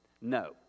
No